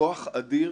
כוח אדיר.